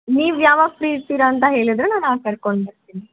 ನೀವು ಯಾವಾಗ ಫ್ರೀ ಇರ್ತೀರ ಅಂತ ಹೇಳಿದ್ರೆ ನಾನು ಆಗ ಕರ್ಕೊಂಡು ಬರ್ತೀನಿ